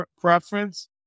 preference